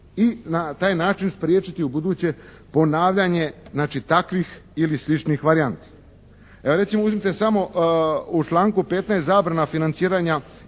I na taj način spriječiti ubuduće ponavljanje takvih ili sličnih varijanti. Evo recimo, uzmite samo u članku 15. zabrana financiranja